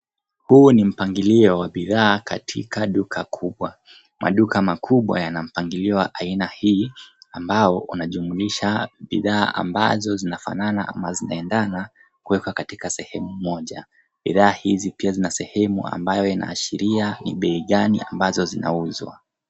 Huu ni mpangilio wa bidhaa katika duka kubwa. Maduka makubwa yana mpangilio wa aina hii ambao unajumlisha bidhaa ambazo zinafanana au zinaendana kuwekwa katika sehemu moja. Bidhaa hizi pia zina sehemu ambazo zinaashiria ni bei gani ambazo zinauzwa.